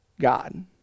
God